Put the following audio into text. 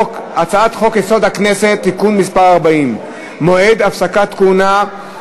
הצעת חוק-יסוד: הכנסת (תיקון מס' 40) (מועד הפסקת כהונה),